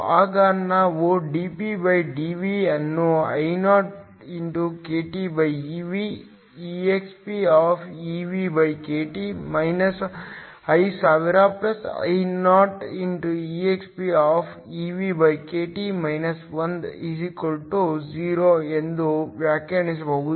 ಆಗ ನಾವು dPdV ಅನ್ನು 0 ಎಂದು ವ್ಯಾಖ್ಯಾನಿಸಬಹುದು